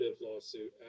lawsuit